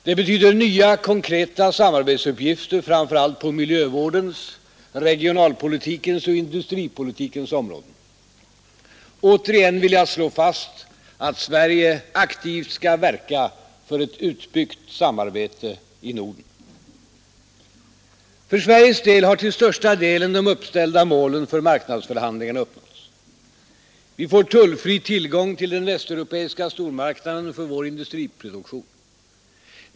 Det betyder nya konkreta samarbetsuppgifter framför allt på miljövårdens, regionalpolitikens och industripolitikens områden. Återigen vill jag slå fast att Sverige aktivt skall verka för ett utbyggt samarbete i Norden. För Sveriges del har till största delen de uppställda målen för marknadsförhandlingarna uppnåtts. Vi får tullfri tillgång till den västeuropeiska stormarknaden för vår industriproduktion.